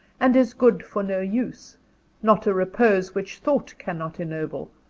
and is good for no use not a repose which thought cannot ennoble,